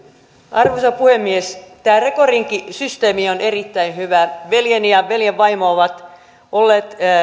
arvoisa puhemies tämä reko rinki systeemi on erittäin hyvä veljeni ja ja veljen vaimo ovat